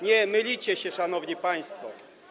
Nie, mylicie się, szanowni państwo.